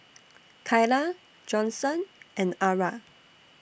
Kyla Johnson and Arra